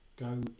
Go